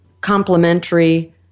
complementary